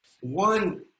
One